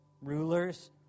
rulers